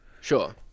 Sure